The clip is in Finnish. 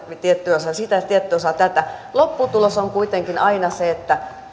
tietty osa sitä tietty osa tätä lopputulos on kuitenkin aina se että